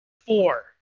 four